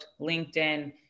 LinkedIn